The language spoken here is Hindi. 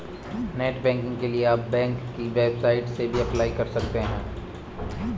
नेटबैंकिंग के लिए आप बैंक की वेबसाइट से भी अप्लाई कर सकते है